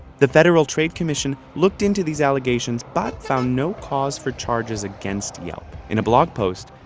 the federal trade commission looked into these allegations but found no cause for charges against yelp. in a blog post,